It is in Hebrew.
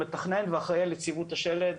מתכנן ואחראי על יציבות השלד.